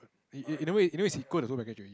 in in a way in a way is equal to tour package already